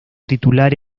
titular